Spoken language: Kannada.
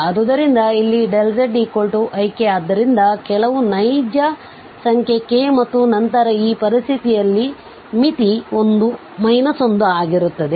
ಆದ್ದರಿಂದ ಇಲ್ಲಿ Δz ik ಆದ್ದರಿಂದ ಕೆಲವು ನೈಜ ಸಂಖ್ಯೆkಮತ್ತು ನಂತರ ಈ ಪರಿಸ್ಥಿತಿಯಲ್ಲಿ ಮಿತಿ 1 ಆಗಿರುತ್ತದೆ